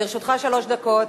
לרשותך שלוש דקות.